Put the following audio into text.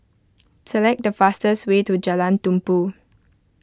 select the fastest way to Jalan Tumpu